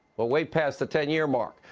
we're way past the ten-year mark.